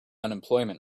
unemployment